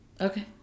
Okay